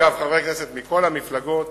דרך אגב, חברי הכנסת מכל המפלגות